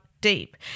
deep